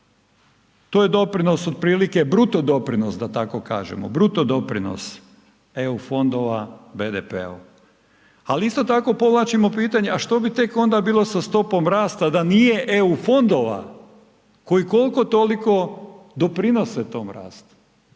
to je doprinos otprilike, bruto doprinos da tako kažemo, bruto doprinos EU fondova BDP-u. Ali isto tako povlačimo pitanje a što bi tek onda bilo sa stopom rasta da nije EU fondova koji kolko toliko doprinose tom rastu